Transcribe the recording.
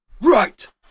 right